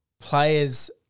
players –